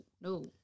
no